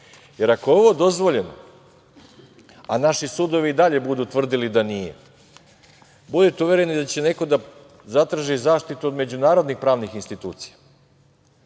jer ako je ovo dozvoljeno, a naši sudovi i dalje budu tvrdili da nije, budite uvereni da će neko da zatraži zaštitu od međunarodnih pravnih institucija,